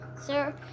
sir